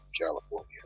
California